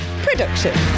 production